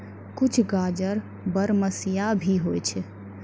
कुछ गाजर बरमसिया भी होय छै